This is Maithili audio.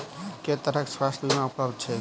केँ तरहक स्वास्थ्य बीमा उपलब्ध छैक?